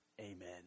Amen